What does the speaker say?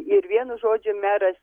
ir vienu žodžiu meras